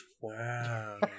Wow